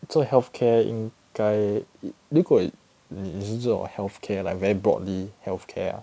做 health care 应该如果你是做 healthcare like very broadly healthcare